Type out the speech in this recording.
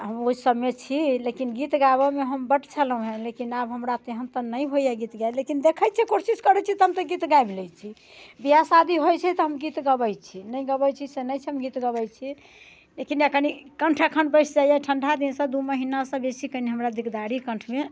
हम ओहि सभमे छी लेकिन गीत गाबऽ मे हम बड्ड छलहुँ हँ लेकिन आब हमरा तेहन तऽ नहि होइया गीत गाएल लेकिन देखैत छियै कोशिश करैत छी तऽ हम गीत गाबि लैत छी बिआह शादी होइत छै तऽ हम गीत गबैत छियै नहि गबैत छी से नहि छै हम गीत गबैत छी लेकिन एखन कनि कण्ठ बैसि जाइया ठण्डा दिन से दू महीना से बेसी कनि हमरा दिकदारी कण्ठमे